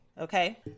Okay